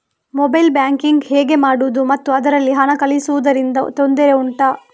mobile banking ಹೇಗೆ ಮಾಡುವುದು ಮತ್ತು ಅದರಲ್ಲಿ ಹಣ ಕಳುಹಿಸೂದರಿಂದ ತೊಂದರೆ ಉಂಟಾ